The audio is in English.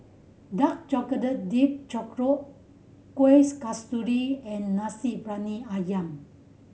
dark chocolate dipped churro kuih kasturi and Nasi Briyani Ayam